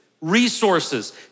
resources